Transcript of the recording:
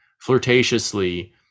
flirtatiously